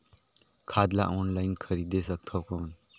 खाद ला ऑनलाइन खरीदे सकथव कौन?